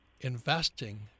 investing